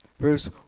First